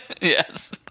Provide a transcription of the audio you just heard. Yes